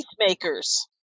Peacemakers